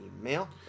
email